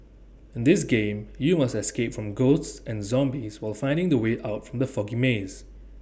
in this game you must escape from ghosts and zombies while finding the way out from the foggy maze